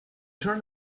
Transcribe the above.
turn